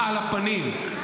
על הפנים,